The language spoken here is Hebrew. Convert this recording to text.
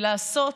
ולעשות